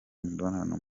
imibonano